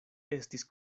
estis